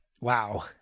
Wow